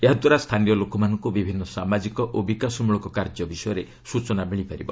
ଏହାଦ୍ୱାରା ସ୍ଥାନୀୟ ଲୋକମାନଙ୍କୁ ବିଭିନ୍ନ ସାମାଜିକ ଓ ବିକାଶମଳକ କାର୍ଯ୍ୟ ବିଷୟରେ ସୂଚନା ମିଳିପାରିବ